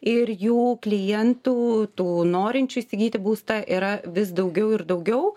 ir jų klientų tų norinčių įsigyti būstą yra vis daugiau ir daugiau